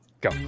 go